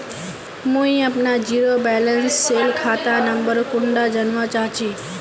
मुई अपना zero balance सेल खाता नंबर कुंडा जानवा चाहची?